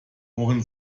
ohr